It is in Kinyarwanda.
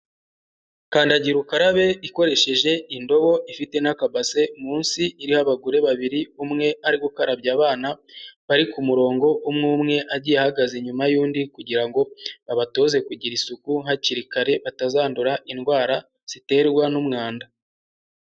Kandagira ukarabe ikoresheje indobo ifite n'akabase munsi iriho abagore babiri, umwe ari gukarabya abana bari kumurongo, umwe umwe agiye ahagaze inyuma y'undi kugira ngo babatoze kugira isuku hakiri kare, batazandura indwara ziterwa n'umwanda.